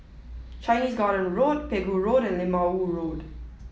Chinese Garden Road Pegu Road and Lim Ah Woo Road